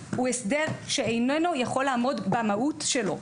הוא הסדר שאיננו יכול לעמוד במהות שלו.